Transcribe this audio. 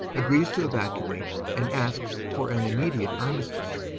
agrees to evacuate and asks for an immediate armistice.